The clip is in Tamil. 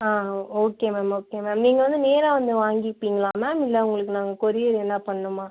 ஆ ஓ ஓகே மேம் ஓகே மேம் நீங்கள் வந்து நேராக வந்து வாங்கிப்பீங்களா மேம் இல்லை உங்களுக்கு நாங்கள் கொரியர் எதன்னா பண்ணனுமா